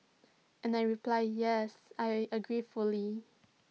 and I reply yes I agree fully